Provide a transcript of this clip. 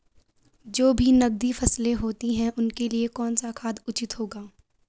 जो भी नकदी फसलें होती हैं उनके लिए कौन सा खाद उचित होगा?